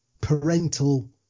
parental